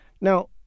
Now